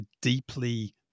deeply